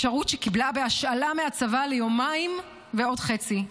אפשרות שקיבלה בהשאלה מהצבא ליומיים ועוד חצי.